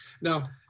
Now